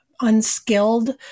unskilled